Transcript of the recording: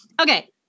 Okay